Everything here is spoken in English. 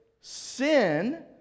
Sin